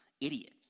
idiot